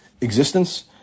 existence